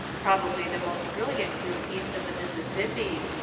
probably the most brilliant group east of the mississippi.